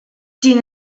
din